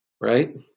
right